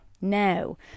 now